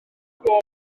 gloch